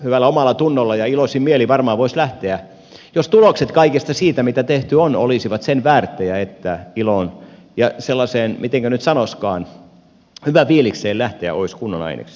hyvällä omallatunnolla ja iloisin mielin varmaan voisi lähteä jos tulokset kaikesta siitä mitä tehty on olisivat sen väärttejä että iloon ja sellaiseen mitenkä nyt sanoisikaan hyvään fiilikseen lähteä olisi kunnon ainekset